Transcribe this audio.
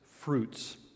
fruits